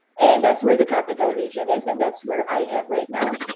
and that's where the capital region is, and that's where i am right now.